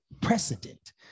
precedent